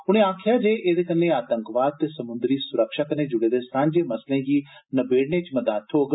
उनें आखेआ जे एह्दे कन्नै आतंकवाद ते सम्दरी स्रक्षा कन्नै ज्डे दे सांझे मसलें गी नबेड़ने च मदाद थ्होग